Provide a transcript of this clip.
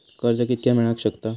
कर्ज कितक्या मेलाक शकता?